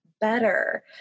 better